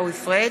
בטעות.